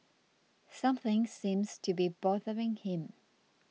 something seems to be bothering him